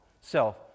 self